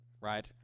right